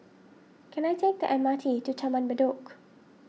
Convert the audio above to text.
can I take the M R T to Taman Bedok